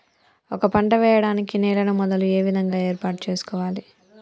ఒక పంట వెయ్యడానికి నేలను మొదలు ఏ విధంగా ఏర్పాటు చేసుకోవాలి?